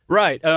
right.